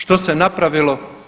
Što se napravilo?